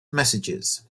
messages